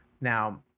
Now